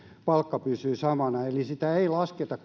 palkka pysyy samana eli sitä ei lasketa